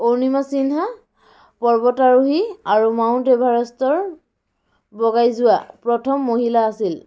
অৰুণিমা সিনহা পৰ্বতাৰোহি আৰু মাউণ্ট এভাৰেষ্টৰ বগাই যোবা প্ৰথম মহিলা আছিল